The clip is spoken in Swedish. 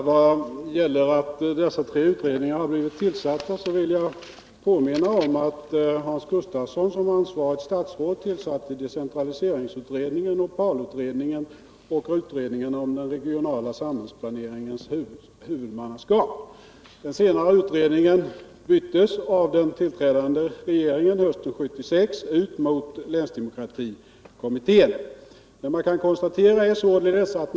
Herr talman! Vad beträffar tillsättandet av dessa tre utredningar vill jag påminna om att Hans Gustafsson såsom ansvarigt statsråd tillsatte decentraliseringsutredningen, OPAL-utredningen och utredningen om den regionala samhällsplaneringens huvudmannaskap. Den sistnämnda utredningen byttes av den tillträdande regeringen hösten 1976 ut mot länsdemokratikommittén.